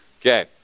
Okay